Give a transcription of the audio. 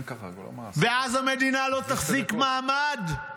ואז המדינה לא תחזיק מעמד,